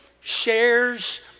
shares